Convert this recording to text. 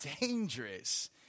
dangerous